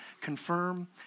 confirm